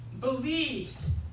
believes